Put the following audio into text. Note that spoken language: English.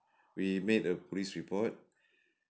we made a police report